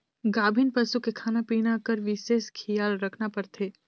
गाभिन पसू के खाना पिना कर बिसेस खियाल रखना परथे